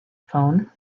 phone